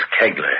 Kegler